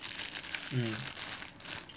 mm